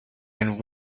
and